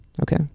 okay